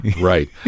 right